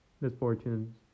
misfortunes